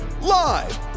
Live